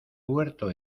huerto